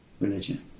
religion